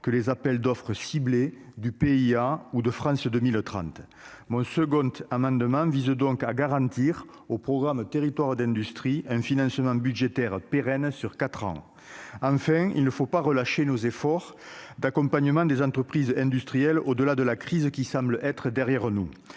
que les appels d'offres ciblées du PIA ou de France 2030, mon second amendement vise donc à garantir au programme territoires d'industrie un financement budgétaire pérenne sur 4 ans, enfin il ne faut pas relâcher nos efforts d'accompagnement des entreprises industrielles, au-delà de la crise qui semble être derrière nous,